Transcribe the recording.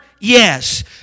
Yes